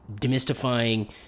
demystifying